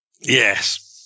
Yes